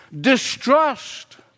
distrust